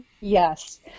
Yes